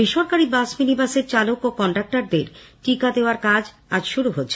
বেসরকারি বাস মিনিবাসের চালক ও কন্ডাক্টরদের টিকা দেওয়ার কাজ আজ শুরু হচ্ছে